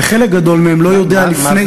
וחלק גדול מהם לא יודעים לפני,